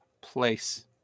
place